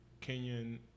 Kenyan